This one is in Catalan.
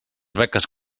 beques